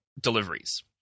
deliveries